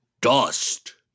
dust